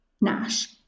Nash